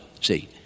see